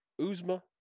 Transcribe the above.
Uzma